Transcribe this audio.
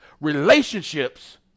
Relationships